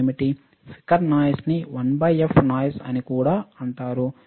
flicker నాయిస్న్ని 1 f noise అని కూడా అంటారు